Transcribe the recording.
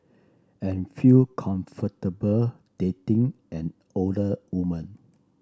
and feel comfortable dating an older woman